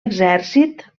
exèrcit